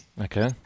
Okay